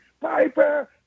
Piper